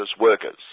workers